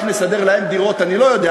איך נסדר להם דירות אני לא יודע,